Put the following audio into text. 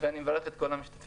ואני מברך את כל המשתתפים.